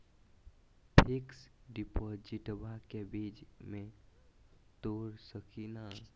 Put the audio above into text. Fix डिपोजिटबा के बीच में तोड़ सकी ना?